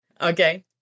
Okay